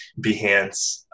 behance